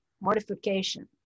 mortification